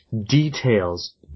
details